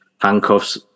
handcuffs